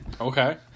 Okay